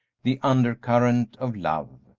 the undercurrent of love,